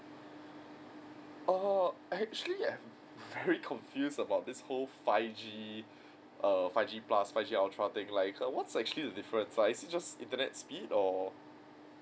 uh actually I'm very confused about this whole five G err five G plus five G ultra thing like what's actually the difference is it just internet speed or